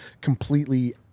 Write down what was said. completely